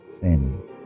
sin